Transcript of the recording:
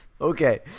okay